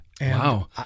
Wow